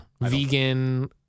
vegan